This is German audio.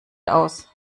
aus